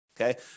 Okay